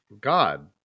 God